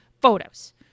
photos